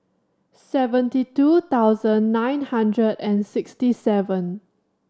seventy two thousand nine hundred and sixty seven